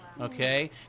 Okay